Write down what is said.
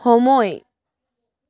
সময়